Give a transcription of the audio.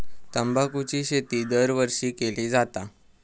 तंबाखूची शेती दरवर्षी केली जाता